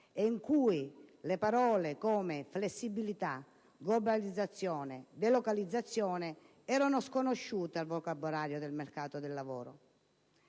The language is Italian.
ed in cui parole come flessibilità, globalizzazione, delocalizzazione erano sconosciute al vocabolario del mercato del lavoro.